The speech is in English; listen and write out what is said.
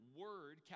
word